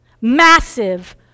Massive